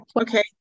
okay